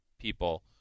people